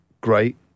great